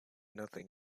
nothing